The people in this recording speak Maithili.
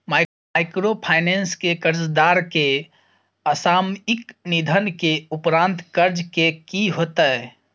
माइक्रोफाइनेंस के कर्जदार के असामयिक निधन के उपरांत कर्ज के की होतै?